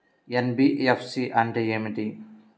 NBFC అంటే ఏమిటి?